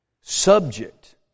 subject